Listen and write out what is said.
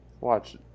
Watch